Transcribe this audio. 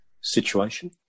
situation